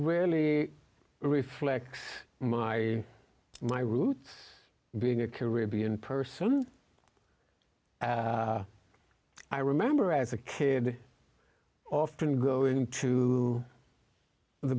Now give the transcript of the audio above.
rarely reflects my my root being a caribbean person i remember as a kid often go into the